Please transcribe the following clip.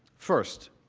first,